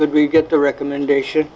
good we get the recommendation